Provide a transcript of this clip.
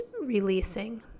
releasing